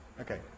okay